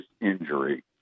injury